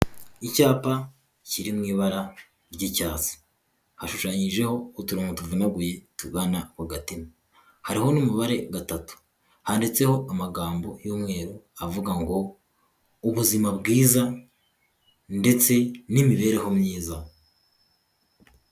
Icyapa kiri mu ibara ry'icyatsi hashushanyijeho uturongontu tuvunaguye tugana ku gatima hariho n'umubare gatatu handitseho amagambo y'umweru avuga ngo ubuzima bwiza ndetse n'imibereho myiza.